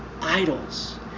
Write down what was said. idols